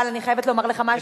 אבל אני חייבת לומר לך משהו,